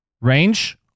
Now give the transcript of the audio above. range